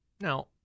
Now